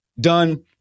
done